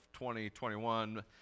2021